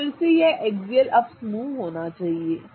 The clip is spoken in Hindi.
तो फिर से यह एक एक्सियल अप समूह होना चाहिए